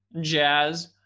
jazz